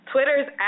Twitter's